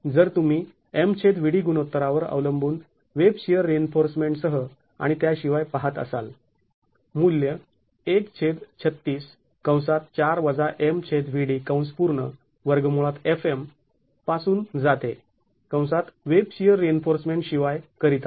जर तुम्ही MVd गुणोत्तरावर अवलंबून वेब शिअर रिइन्फोर्समेंट सह आणि त्याशिवाय पाहत असाल मूल्य पासून जाते वेब शिअर रिइन्फोर्समेंट शिवाय करिता